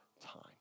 time